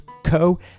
co